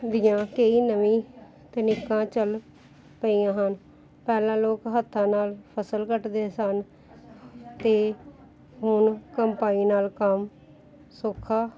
ਦੀਆਂ ਕਈ ਨਵੀਆਂ ਤਕਨੀਕਾਂ ਚੱਲ ਪਈਆਂ ਹਨ ਪਹਿਲਾਂ ਲੋਕ ਹੱਥਾਂ ਨਾਲ ਫਸਲ ਕੱਟਦੇ ਸਨ ਅਤੇ ਹੁਣ ਕੰਪਾਈਨ ਨਾਲ ਕੰਮ ਸੌਖਾ